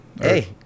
Hey